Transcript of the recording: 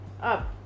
up